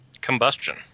Combustion